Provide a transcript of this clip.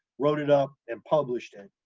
wrote it up, and published it.